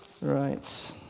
Right